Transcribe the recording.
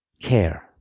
care